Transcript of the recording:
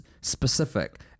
specific